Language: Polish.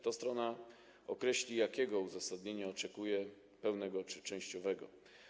To strona określi, jakiego uzasadnienia oczekuje: pełnego czy częściowego.